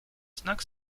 znak